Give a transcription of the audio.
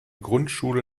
grundschule